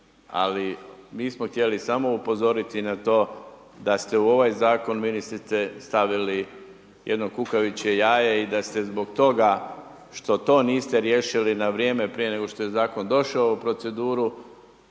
ali mi smo htjeli samo upozoriti na to, da ste u ovaj Zakon ministrice, stavili jedno kukavičje jaje i da ste zbog toga što to niste riješili na vrijeme, prije nego što je Zakon došao u proceduru,